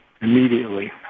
immediately